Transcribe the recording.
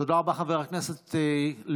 תודה רבה, חבר הכנסת לוין.